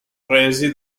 presi